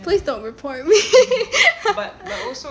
please don't report me